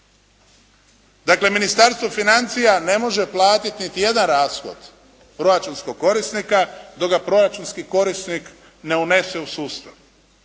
Dakle, Ministarstvo financija ne može platiti niti jedan rashod proračunskog korisnika dok ga proračunski korisnik ne unese u sustav.